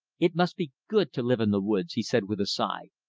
it must be good to live in the woods, he said with a sigh,